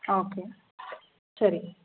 okay சரி